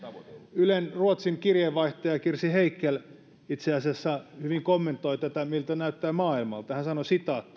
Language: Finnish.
ylen ruotsin kirjeenvaihtaja kirsi heikel itse asiassa hyvin kommentoi miltä tämä näyttää maailmalla hän sanoi